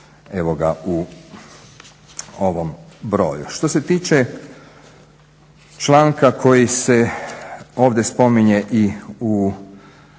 da su u ovom broju. Što se tiče članka koji se ovdje spominje i u